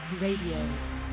Radio